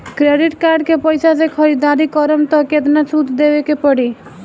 Credit card के पैसा से ख़रीदारी करम त केतना सूद देवे के पड़ी?